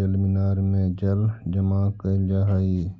जलमीनार में जल जमा कैल जा हई